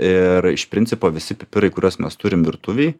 ir iš principo visi pipirai kuriuos mes turim virtuvėj